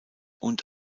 und